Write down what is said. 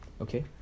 Okay